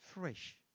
fresh